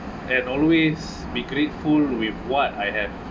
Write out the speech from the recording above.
and always be grateful with what I have